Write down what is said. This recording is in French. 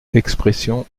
expressions